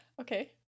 okay